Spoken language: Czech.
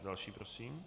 Další prosím.